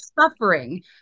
suffering